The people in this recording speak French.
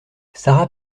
sara